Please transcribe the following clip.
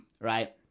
Right